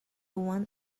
one